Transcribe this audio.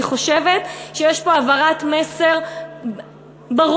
אני חושבת שיש פה העברת מסר ברור,